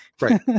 Right